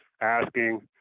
asking